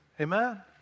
Amen